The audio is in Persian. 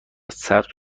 ثبت